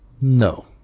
No